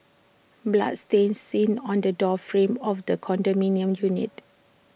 blood stain seen on the door frame of the condominium unit